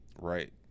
right